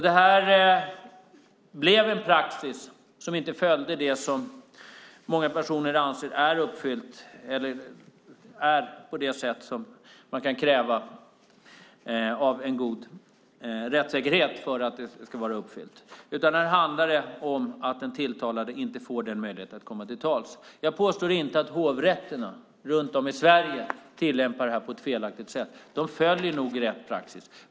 Det blev en praxis som många personer anser inte uppfyller kraven på en god rättssäkerhet, utan här handlar det om att den tilltalade inte får denna möjlighet att komma till tals. Jag påstår inte att hovrätterna runt om i Sverige tillämpar detta på ett felaktigt sätt. De följer nog rätt praxis.